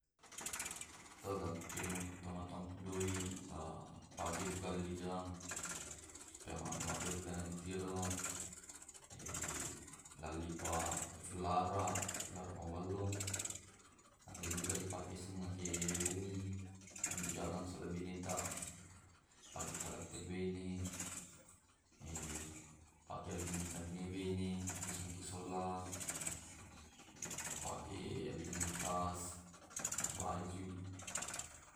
Emto lake dengan tomatuannu doe, eh pake duka makalijang, supaya maama duka na ditiro, lallipa sulara, sulara maballong, na denduka dipake sunnaki bungi, antu jalang selo bineta dipake taraktir bene ehh. pake ellingkangi kande bene, kesung kesolla peke belikanngi tas, baju.